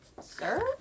sir